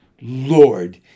Lord